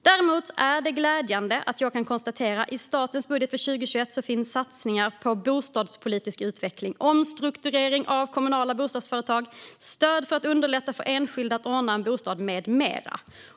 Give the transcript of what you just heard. Däremot är det glädjande att jag kan konstatera att det i statens budet för 2021 finns satsningar på bostadspolitisk utveckling, omstrukturering av kommunala bostadsföretag, stöd för att underlätta för enskilda att ordna en bostad med mera.